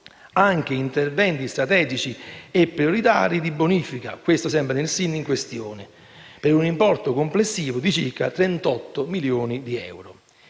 anche interventi strategici e prioritari di bonifica nel SIN in questione, per un importo complessivo di circa 38 milioni di euro.